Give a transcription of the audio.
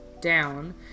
Down